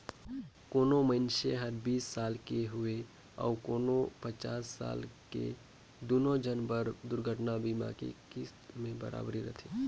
कोनो मइनसे हर बीस साल के हवे अऊ कोनो पचपन साल के दुनो झन बर दुरघटना बीमा के किस्त में बराबरी रथें